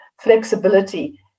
flexibility